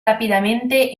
rápidamente